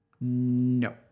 No